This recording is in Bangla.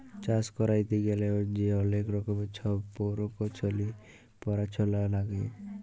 চাষ ক্যইরতে গ্যালে যে অলেক রকমের ছব পরকৌশলি পরাশলা লাগে